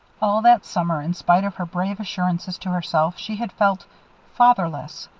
all that summer, in spite of her brave assurances to herself, she had felt fatherless.